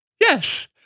Yes